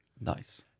Nice